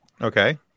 Okay